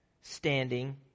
standing